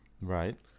Right